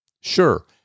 Sure